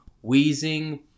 wheezing